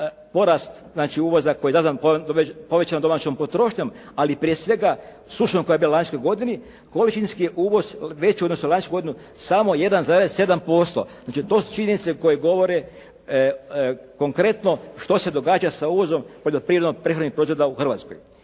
znači uvoza koji je povećan domaćom potrošnjom ali prije svega sušom koja je bila u lanjskoj godini količinski je uvoz veći u odnosu lanjsku godinu samo 1,7%. Znači, to su činjenice koje govore konkretno što se događa sa uvozom poljoprivredno-prehrambenih proizvoda u Hrvatskoj.